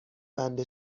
بند